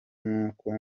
n’uko